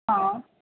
हा